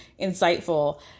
insightful